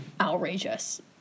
outrageous